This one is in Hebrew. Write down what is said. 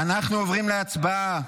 אנחנו עוברים להצבעה.